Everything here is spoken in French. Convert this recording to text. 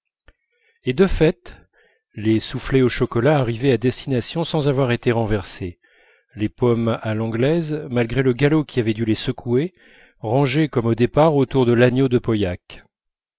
et de fait les soufflés au chocolat arrivaient à destination sans avoir été renversés les pommes à l'anglaise malgré le galop qui avait dû les secouer rangées comme au départ autour de l'agneau de pauilhac